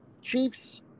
Chiefs